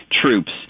troops